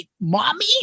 mommy